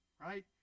right